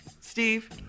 Steve